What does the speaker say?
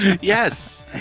yes